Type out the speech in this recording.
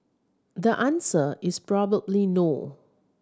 the answer is probably no